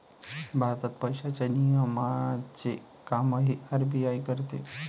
भारतात पैशांच्या नियमनाचे कामही आर.बी.आय करते